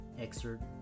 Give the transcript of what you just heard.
excerpt